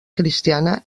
cristiana